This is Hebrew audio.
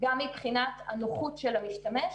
גם מבחינת הנוחות של המשתמש,